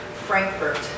Frankfurt